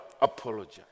apologize